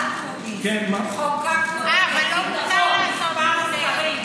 26. אנחנו חוקקנו יחד איתך, אקוניס.